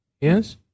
Yes